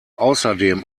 außerdem